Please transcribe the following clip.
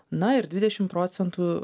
na ir dvidešim procentų